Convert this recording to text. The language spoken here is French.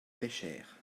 pêchèrent